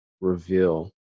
reveal